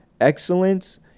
excellence